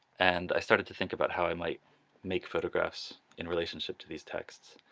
and i started to think about how i might make photographs in relationship to these texts.